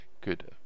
good